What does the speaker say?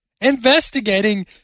Investigating